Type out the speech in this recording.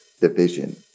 division